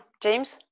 James